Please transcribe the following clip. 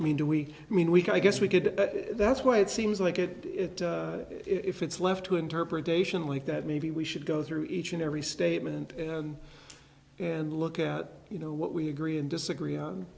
i mean do we i mean we can i guess we could that's why it seems like it if it's left to interpretation like that maybe we should go through each and every statement and look at you know what we agree and disagree on